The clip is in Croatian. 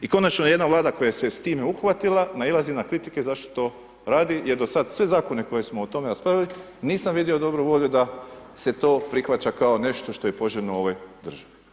I konačno jedna vlada koja se je s time uhvatila, nailazi na kritike zašto to radi, jer do sada svi zakoni, koji su o tome raspravljali, nisam vidio dobru volju da se to prihvaća kao nešto što je poželjno u ovoj državi.